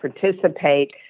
participate